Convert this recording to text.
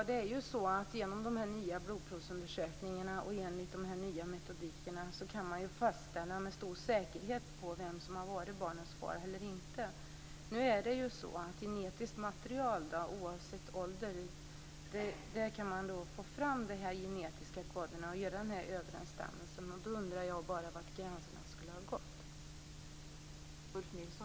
Fru talman! Genom de nya blodprovsundersökningarna och enligt de nya metoderna kan man med stor säkerhet fastställa vem som har varit barnets far eller inte. Genom genetiskt material kan man nu, oavsett ålder, få fram de genetiska koderna och se den här överensstämmelsen. Då undrar jag bara var gränsen skulle ha gått.